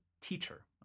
teacher